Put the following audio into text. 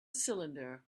cylinder